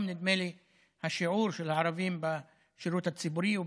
נדמה לי שהיום השיעור של הערבים בשירות הציבורי הוא